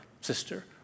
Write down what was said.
sister